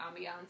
ambiance